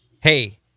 Hey